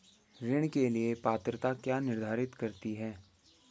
ऋण के लिए पात्रता क्या निर्धारित करती है?